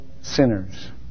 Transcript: sinners